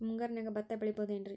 ಮುಂಗಾರಿನ್ಯಾಗ ಭತ್ತ ಬೆಳಿಬೊದೇನ್ರೇ?